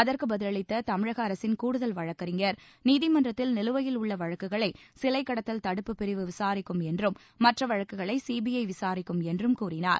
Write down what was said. அகுற்குப் பதிலளித்த தமிழக அரசின் கூடுதல் வழக்கறிஞர் நீதிமன்றத்தில் நிலுவையில் உள்ள வழக்குகளை சிலை கடத்தல் தடுப்புப் பிரிவு விசாரிக்கும் என்றும் மற்ற வழக்குகளை சிபிஐ விசாரிக்கும் என்றும் கூறினார்